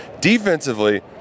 defensively